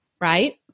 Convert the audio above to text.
right